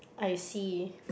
I see